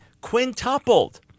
quintupled